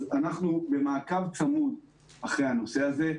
אנחנו במעקב צמוד אחרי הנושא הזה.